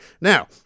Now